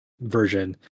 version